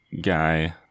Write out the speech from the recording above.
guy